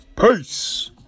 Peace